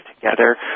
together